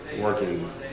working